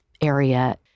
area